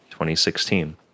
2016